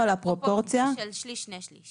הפרופורציה של שליש שני שליש.